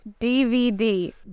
DVD